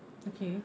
okay